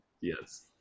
Yes